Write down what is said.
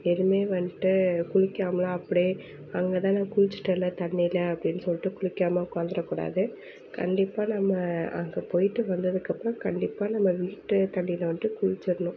வெறுமே வந்துட்டு குளிக்காமெலாம் அப்படே அங்கே தான் நான் குளித்திட்டேன்ல தண்ணியில் அப்படின்னு சொல்லிட்டு குளிக்காமல் உக்காந்துறக்கூடாது கண்டிப்பாக நம்ம அங்கே போய்விட்டு வந்ததுக்கப்புறம் கண்டிப்பாக நம்ம வீட்டு தண்ணியில் வந்துட்டு குளித்திருணும்